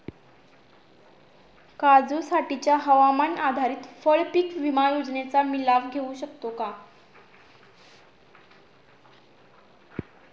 काजूसाठीच्या हवामान आधारित फळपीक विमा योजनेचा मी लाभ घेऊ शकतो का?